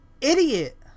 Idiot